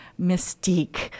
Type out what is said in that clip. mystique